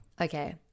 okay